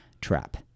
trap